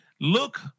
Look